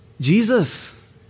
Jesus